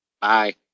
Bye